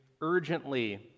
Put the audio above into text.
urgently